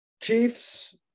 Chiefs